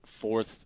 fourth